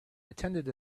attended